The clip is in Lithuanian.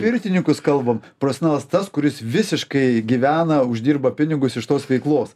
pirtininkus kalbam profesionalas tas kuris visiškai gyvena uždirba pinigus iš tos veiklos